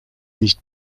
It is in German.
nicht